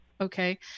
Okay